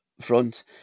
front